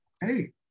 Hey